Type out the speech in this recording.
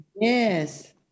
Yes